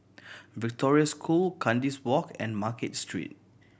Victoria School Kandis Walk and Market Street